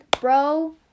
bro